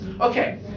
Okay